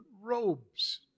robes